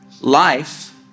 life